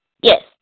Yes